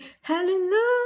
hallelujah